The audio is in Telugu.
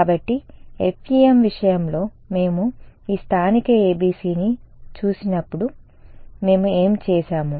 కాబట్టి FEM విషయంలో మేము ఈ స్థానిక ABCని చూసినప్పుడు మేము ఏమి చేసాము